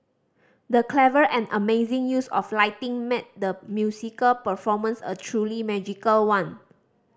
the clever and amazing use of lighting made the musical performance a truly magical one